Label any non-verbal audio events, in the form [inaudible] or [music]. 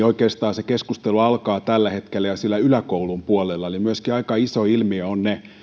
[unintelligible] oikeastaan se keskustelu alkaa tällä hetkellä jo siellä yläkoulun puolella eli myöskin aika iso ilmiö ovat ne